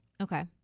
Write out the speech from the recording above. Okay